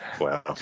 Wow